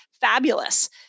fabulous